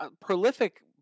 prolific